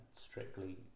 strictly